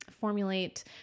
formulate